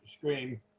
screen